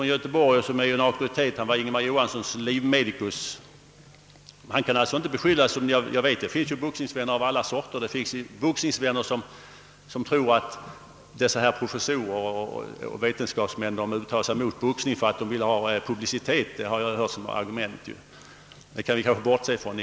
En del tror att de professorer och vetenskapsmän som uttalar sig mot boxningen har gjort det för att vinna publicitet. Jag har hört det argumentet framföras, men det kan man kanske bortse ifrån i en meningsfylld debatt. Man bör väl i alla fall kunna beakta vad de säger som har studerat boxningen inifrån.